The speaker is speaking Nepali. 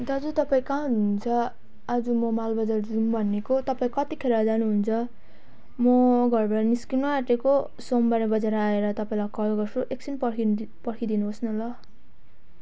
दाजु तपाईँ कहाँ हुनुहुन्छ आज म माल बजार जाऊँ भनेको तपाईँ कतिखेर जानुहुन्छ म घरबाट निस्किनु आँटेको सोमबारे बजार आएर तपाईँलाई कल गर्छु एकछिन पर्खिदि पर्खिदिनुहोस् न ल